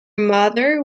mother